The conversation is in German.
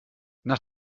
nach